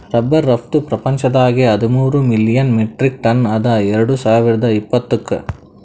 rubber ರಫ್ತು ಪ್ರಪಂಚದಾಗೆ ಹದಿಮೂರ್ ಮಿಲಿಯನ್ ಮೆಟ್ರಿಕ್ ಟನ್ ಅದ ಎರಡು ಸಾವಿರ್ದ ಇಪ್ಪತ್ತುಕ್